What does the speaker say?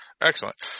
Excellent